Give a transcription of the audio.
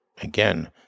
Again